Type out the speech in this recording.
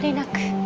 look